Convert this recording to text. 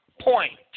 point